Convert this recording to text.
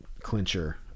clincher